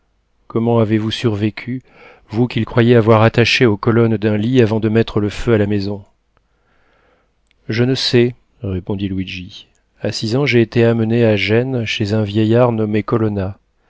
comment avez-vous survécu vous qu'il croyait avoir attaché aux colonnes d'un lit avant de mettre le feu à la maison je ne sais répondit luigi a six ans j'ai été amené à gênes chez un vieillard nommé colonna